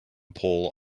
pole